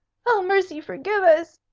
mercy forgive us!